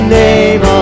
name